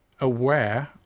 aware